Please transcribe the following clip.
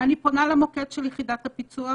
אני פונה למוקד של יחידת הפיצוח,